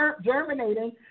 germinating